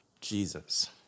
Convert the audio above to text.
Jesus